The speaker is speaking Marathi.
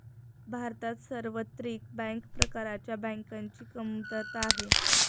भारतात सार्वत्रिक बँक प्रकारच्या बँकांची कमतरता आहे